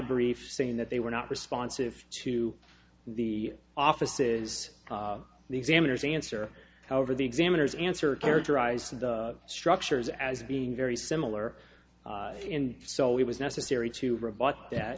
brief saying that they were not responsive to the offices the examiners answer however the examiners answer characterized the structures as being very similar and so it was necessary to rebut that